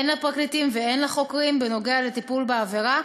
הן לפרקליטים והן לחוקרים בנוגע לטיפול בעבירה.